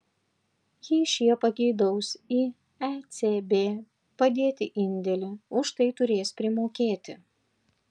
jei šie pageidaus į ecb padėti indėlį už tai turės primokėti